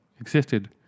existed